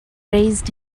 raised